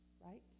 right